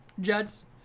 Jets